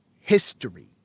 history